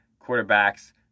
quarterbacks